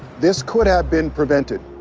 this could have been prevented.